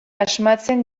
asmatzen